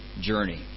journey